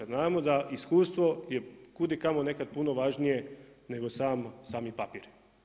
Znamo da iskustvo je kudikamo nekada puno važnije nego sami papir.